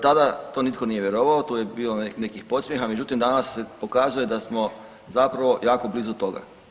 Tada to nitko nije vjerovao, tu je bilo nekih podsmjeha, međutim, danas se pokazuje da smo zapravo jako blizu toga.